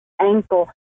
ankle